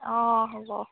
অঁ হ'ব